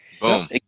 Boom